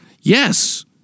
Yes